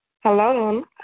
Hello